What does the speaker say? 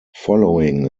following